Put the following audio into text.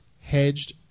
hedged